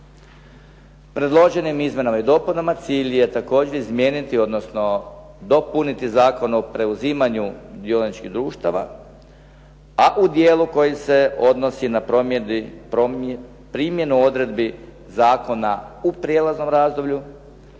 Predloženim izmjenama i dopunama cilj je također izmijeniti, odnosno dopuniti Zakon o preuzimanju dioničkih društava, a u dijelu koji se odnosi na primjenu odredbi zakona u prijelaznom razdoblju,